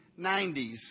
1990s